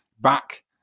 back